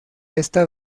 esta